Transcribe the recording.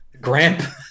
Gramp